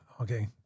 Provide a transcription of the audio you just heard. Okay